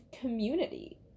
community